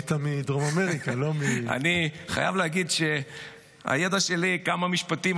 --- אני חייב להגיד שהידע שלי הוא כמה משפטים,